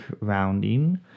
rounding